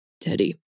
Teddy